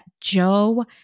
Joe